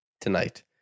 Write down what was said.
tonight